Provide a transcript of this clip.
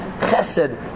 Chesed